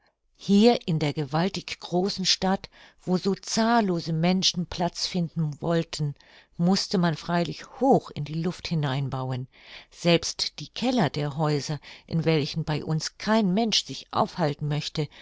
hier in der gewaltig großen stadt wo so zahllose menschen platz finden wollten mußte man freilich hoch in die luft hinein bauen selbst die keller der häuser in welchen bei uns kein mensch sich aufhalten möchte